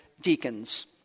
deacons